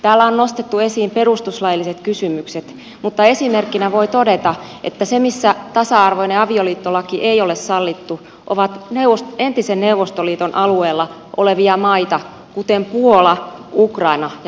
täällä on nostettu esiin perustuslailliset kysymykset mutta esimerkkinä voi todeta että ne maat missä tasa arvoinen avioliittolaki ei ole sallittu ovat entisen neuvostoliiton alueella olevia maita kuten puola ukraina ja valko venäjä